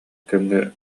кэмҥэ